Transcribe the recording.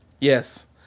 Yes